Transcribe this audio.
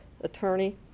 attorney